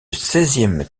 seizième